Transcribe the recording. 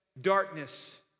darkness